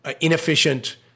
inefficient